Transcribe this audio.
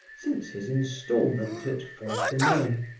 since his installment at fontenay.